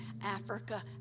africa